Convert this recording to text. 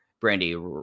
brandy